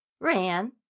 ran